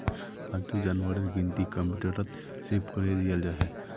पालतू जानवरेर गिनती कंप्यूटरत सेभ करे लियाल जाछेक